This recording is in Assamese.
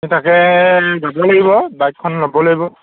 এই তাকে যাব লাগিব বাইকখন ল'ব লাগিব